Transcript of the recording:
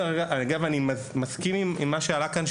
אני מסכים עם מה שעלה כאן,